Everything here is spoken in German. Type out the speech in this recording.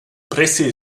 presse